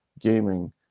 gaming